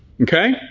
Okay